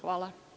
Hvala.